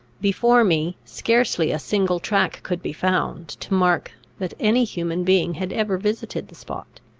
before me, scarcely a single track could be found, to mark that any human being had ever visited the spot.